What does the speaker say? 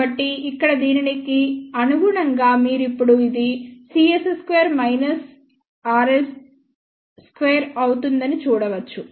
కాబట్టి ఇక్కడ దీనికి అనుగుణంగా మీరు ఇప్పుడు ఇది cs 2 r 2 అవుతుందని చూడవచ్చు